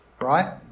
Right